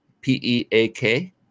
p-e-a-k